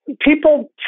People